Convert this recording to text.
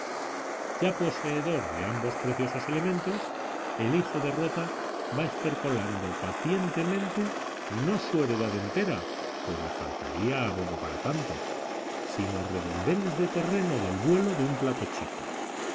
ya poseedor de ambos preciosos elementos el hijo de rota va estercolando pacientemente no su heredad entera pues le faltaría abono para tanto sino redondeles de terreno del vuelo de un plato chico